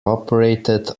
operated